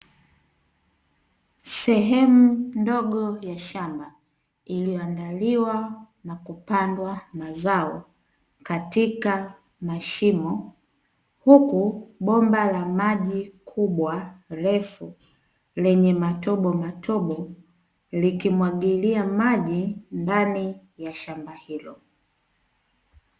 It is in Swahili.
Sehemu ndogo ya shamba, iliyoandaliwa na kupandwa mazao katika mashimo. Huku bomba la maji kubwa refu lenye matobomatobo, likimwagilia maji ndani ya shamba hilo.